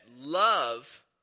love